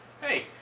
Hey